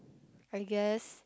I guess